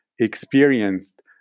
experienced